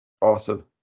awesome